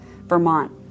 Vermont